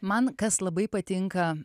man kas labai patinka